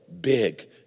big